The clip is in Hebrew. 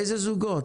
איזה זוגות?